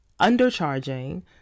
undercharging